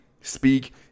speak